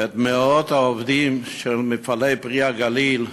את מאות העובדים של מפעל "פרי הגליל"